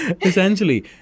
essentially